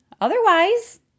Otherwise